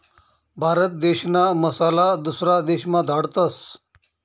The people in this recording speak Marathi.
भारत देशना मसाला दुसरा देशमा धाडतस